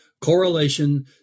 correlation